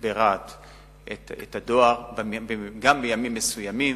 את הדואר ברהט בימים מסוימים